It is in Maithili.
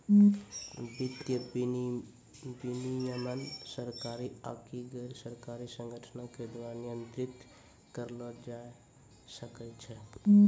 वित्तीय विनियमन सरकारी आकि गैरसरकारी संगठनो के द्वारा नियंत्रित करलो जाय सकै छै